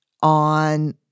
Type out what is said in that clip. on